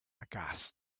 aghast